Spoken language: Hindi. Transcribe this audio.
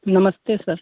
नमस्ते सर